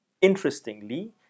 Interestingly